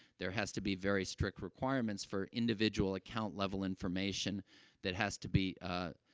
there has to be very strict requirements for individual, account-level information that has to be, ah,